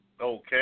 Okay